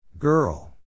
Girl